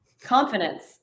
Confidence